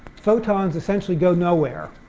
photons essentially go nowhere.